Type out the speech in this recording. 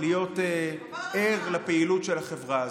להיות ער לפעילות של החברה הזו.